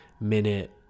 minute